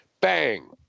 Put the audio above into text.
bang